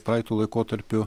praeitu laikotarpiu